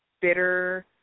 bitter